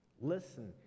Listen